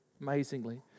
amazingly